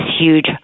huge